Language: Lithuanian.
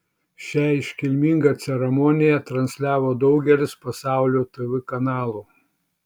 šią iškilmingą ceremoniją transliavo daugelis pasaulio tv kanalų